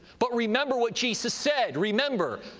but remember what jesus said, remember,